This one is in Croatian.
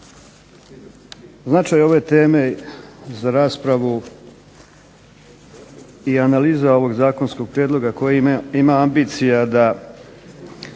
Značaj ove teme za raspravu i analiza ovog zakonskog prijedloga koji ima ambicija da